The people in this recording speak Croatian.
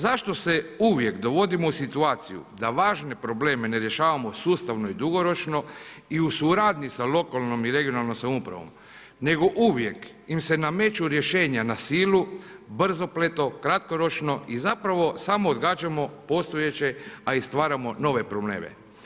Zašto se uvijek dovodimo u situaciju da važne probleme ne rješavamo sustavno i dugoročno i u suradnji sa lokalnom i regionalnom samoupravom, nego uvijek im se nameću rješenja na silu, brzopletno, kratkoročno i zapravo samo odgađamo postojeće, a i stvaramo nove probleme.